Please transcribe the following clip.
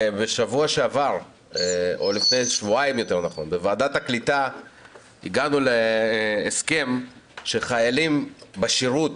לפני שבועיים הגענו בוועדת הקליטה להסכם שחיילים בודדים בשירות,